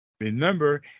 Remember